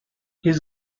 his